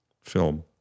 film